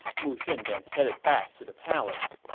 mu shun then headed back to the palace